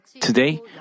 Today